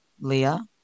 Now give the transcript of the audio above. Leah